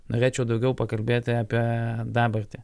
norėčiau daugiau pakalbėti apie dabartį